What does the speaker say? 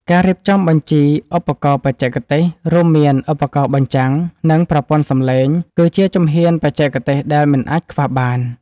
ការរៀបចំបញ្ជីឧបករណ៍បច្ចេកទេស រួមមានឧបករណ៍បញ្ចាំង និងប្រព័ន្ធសំឡេង គឺជាជំហានបច្ចេកទេសដែលមិនអាចខ្វះបាន។